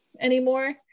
anymore